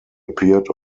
appeared